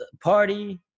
party